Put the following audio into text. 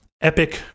epic